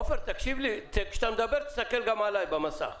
עופר, כשאתה מדבר תסתכל גם עלי במסך.